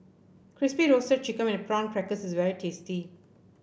Crispy Roasted Chicken with Prawn Crackers is very tasty